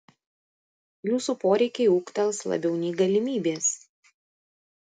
jūsų poreikiai ūgtels labiau nei galimybės